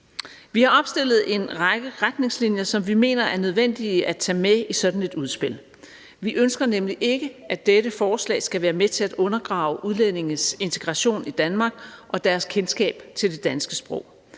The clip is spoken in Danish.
Vi har opstillet en række retningslinjer, som vi mener er nødvendige at tage med i sådan et udspil. Vi ønsker nemlig ikke, at dette forslag skal være med til at undergrave udlændinges integration i Danmark og deres kendskab til det danske sprog.